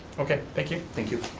okay, thank you. thank you.